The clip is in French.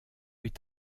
est